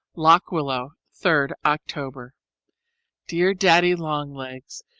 lock willow, third october dear daddy-long-legs,